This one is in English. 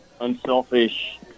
unselfish